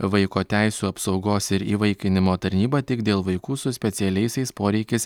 vaiko teisių apsaugos ir įvaikinimo tarnybą tik dėl vaikų su specialiaisiais poreikiais